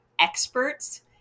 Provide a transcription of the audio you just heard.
experts